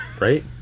Right